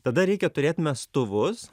tada reikia turėt mestuvus